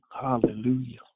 Hallelujah